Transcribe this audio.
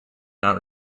not